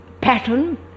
pattern